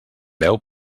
veu